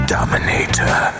Dominator